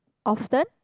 often